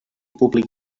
públic